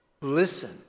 Listen